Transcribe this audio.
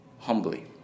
Humbly